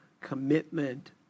commitment